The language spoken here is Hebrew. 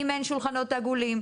אם אין שולחנות עגולים,